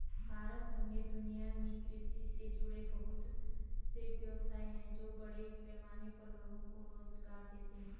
भारत समेत दुनिया में कृषि से जुड़े बहुत से व्यवसाय हैं जो बड़े पैमाने पर लोगो को रोज़गार देते हैं